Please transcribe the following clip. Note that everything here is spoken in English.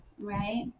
right